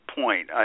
point